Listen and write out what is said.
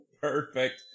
perfect